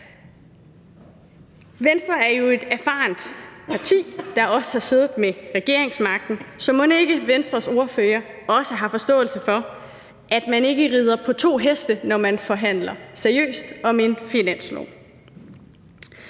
Venstre er jo et erfarent parti, der også har siddet med regeringsmagten, så mon ikke Venstres ordfører også har forståelse for, at man ikke rider på to heste, når man forhandler seriøst om en finanslov?